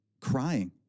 crying